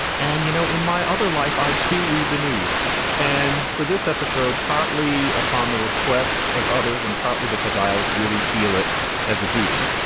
and, you know, in my other life, i had to read the news and for this episode, partly upon the request of others, and partly because i really feel it as a duty.